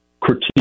critique